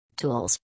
Tools